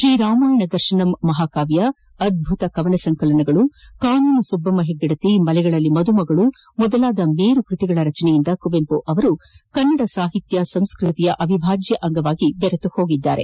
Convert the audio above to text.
ಶ್ರೀ ರಾಮಾಯಣ ದರ್ಶನಂ ಮಹಾಕಾವ್ಯ ಅದ್ಭುತ ಕವನ ಸಂಕಲನಗಳು ಕಾನೂರು ಸುಬ್ಬಮ್ಮ ಹೆಗ್ಗಡತಿ ಮಲೆಗಳಲ್ಲಿ ಮದುಮಗಳು ಮೊದಲಾದ ಮೇರು ಕೃತಿಗಳ ರಚನೆಯಿಂದ ಕುವೆಂಪು ಕನ್ನಡ ಸಾಹಿತ್ಯ ಸಂಸ್ಕ್ವತಿಯ ಅವಿಭಾಜ್ಯ ಅಂಗವಾಗಿ ಬೆರೆತು ಹೋಗಿದ್ದಾರೆ